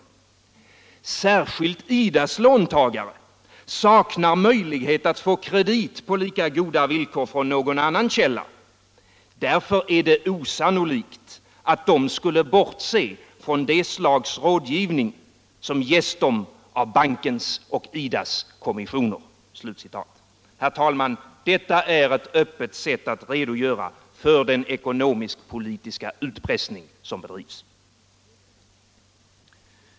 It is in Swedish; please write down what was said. Särskilt IDA:s låntagare saknar möjlighet att få kredit på lika goda villkor från någon annan källa; därför är det osannolikt, att de skulle bortse från det slags rådgivning som ges dem av Bankens och IDA:s kommissioner.” Herr talman! Detta är ett öppet sätt att redogöra för den ekonomiskpolitiska utpressning som bedrivs.